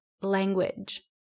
language